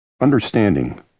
Understanding